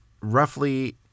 roughly